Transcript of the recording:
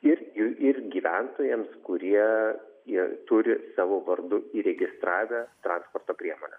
ir ir ir gyventojams kurie jie turi savo vardu įregistravę transporto priemones